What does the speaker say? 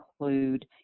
include